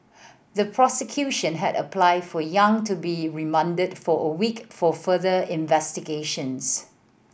the prosecution had applied for Yang to be remanded for a week for further investigations